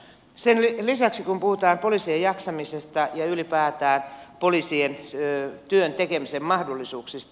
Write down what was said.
sen lisäksi kun puhutaan poliisien jaksamisesta ja ylipäätään poliisien työn tekemisen mahdollisuuksista